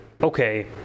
okay